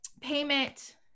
payment